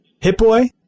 Hitboy